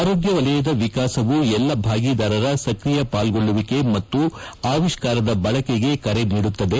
ಆರೋಗ್ಯ ವಲಯದ ವಿಕಾಸವು ಎಲ್ಲಾ ಭಾಗಿದಾರರ ಸಕ್ರಿಯ ಪಾಲ್ಗೊಳ್ಳುವಿಕೆ ಮತ್ತು ಅವಿಷ್ಕಾರದ ಬಳಕೆಗೆ ಕರೆ ನೀಡುತ್ತದೆ